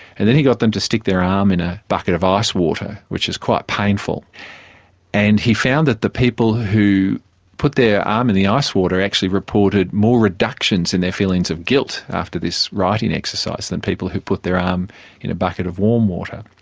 and then he got them to stick their arm um in a bucket of ice water which is quite painful and he found that the people who put their arm in the ice water actually reported more reductions in their feelings of guilt after this righting exercise than people who put their arm um in a bucket of warm water.